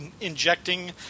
injecting